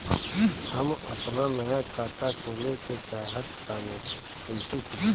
हम आपन नया खाता खोले के चाह तानि कइसे खुलि?